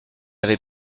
avait